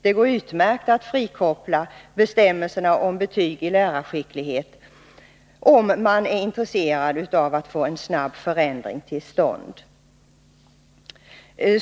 Det går utmärkt att frikoppla bestämmelserna om betyg i lärarskicklighet, om man är intresserad av att få en snabb förändring till stånd.